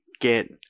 get